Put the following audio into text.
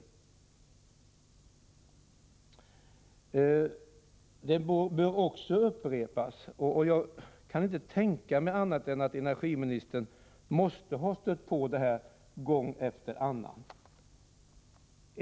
Något som också bör upprepas — jag kan inte tänka mig annat än att energiministern måste ha stött på det gång efter annan — är att dubbelinvesteringar förekommer.